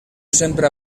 sempre